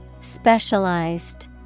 Specialized